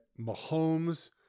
Mahomes